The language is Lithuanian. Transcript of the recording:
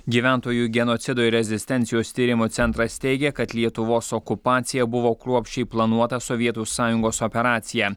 gyventojų genocido ir rezistencijos tyrimo centras teigia kad lietuvos okupacija buvo kruopščiai planuota sovietų sąjungos operacija